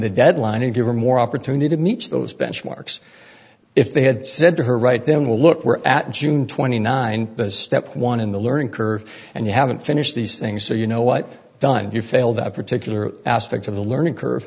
the deadline and there were more opportunity to meet those benchmarks if they had said to her right then well look we're at june twenty ninth step one in the learning curve and you haven't finished these things so you know what done you fail that particular aspect of the learning curve